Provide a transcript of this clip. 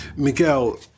Miguel